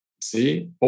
See